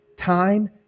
time